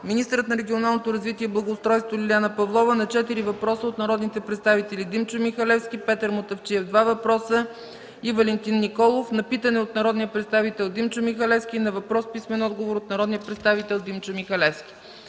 министърът на регионалното развитие и благоустройството Лиляна Павлова – на четири въпроса от народните представители Димчо Михалевски, Петър Мутафчиев – два въпроса, и Валентин Николов, на питане от народния представител Димчо Михалевски и на въпрос с писмен отговор от народния представител Димчо Михалевски;